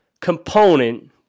component